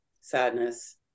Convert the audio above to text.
sadness